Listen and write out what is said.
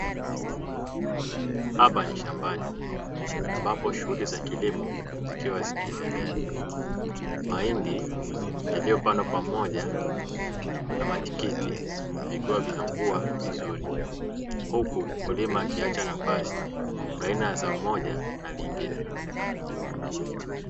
Hapa ni shambani ambapo shughuli za kilimo zikiwa zinaendelea, mahindi yaliyopandwa pamoja na matikiti vikiwa vinakua vizuri, huku mkulima akiacha nafasi baina ya zao moja na lingine.